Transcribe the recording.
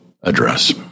address